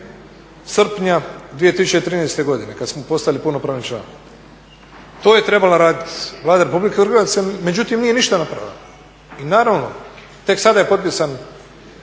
srpnja 2013. godine kada smo postali punopravni član. To je trebala raditi Vlada RH, međutim nije ništa napravila i naravno, tek sada je potpisan